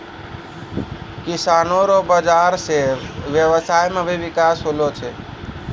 किसानो रो बाजार से व्यबसाय मे भी बिकास होलो छै